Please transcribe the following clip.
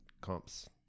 comps